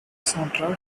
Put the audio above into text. soundtrack